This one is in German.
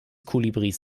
kolibris